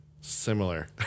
similar